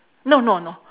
no no no